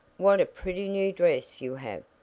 what a pretty new dress you have!